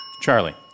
Charlie